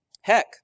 Heck